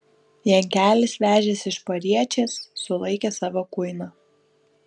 jankelis vežęs iš pariečės sulaikė savo kuiną